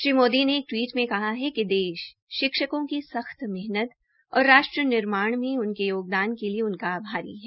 श्री मोदी ने एक टवीट मे कहा है कि देश अध्यापकों की सख्त मेहनत और राष्ट्र निर्माण में उनके योगदान के लिए उनका आभारी है